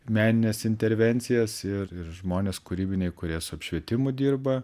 menines intervencijas ir ir žmonės kūrybiniai kurie su apšvietimu dirba